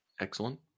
Excellent